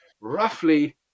roughly